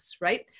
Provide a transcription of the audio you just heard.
right